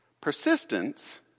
Persistence